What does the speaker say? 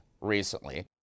recently